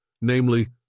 namely